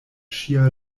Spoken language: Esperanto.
ŝia